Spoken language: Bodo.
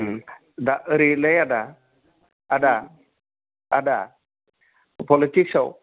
दा ओरैलै आदा आदा आदा पलिटिक्सआव